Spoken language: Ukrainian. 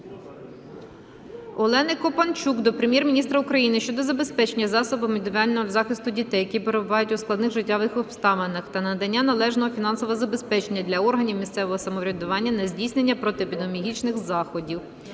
Олени Копанчук до Прем'єр-міністра України щодо забезпечення засобами індивідуального захисту дітей, які перебувають у складних життєвих обставинах, та надання належного фінансового забезпечення для органів місцевого самоврядування на здійснення протиепідемічних заходів.